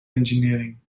engineering